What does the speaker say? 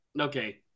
Okay